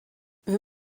wir